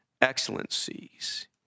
excellencies